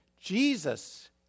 Jesus